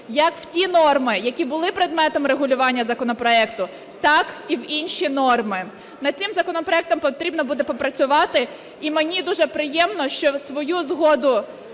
як в ті норми, які були предметом регулювання законопроекту, так і в інші норми. Над цим законопроектом потрібно буде попрацювати. І мені дуже приємно, що свою згоду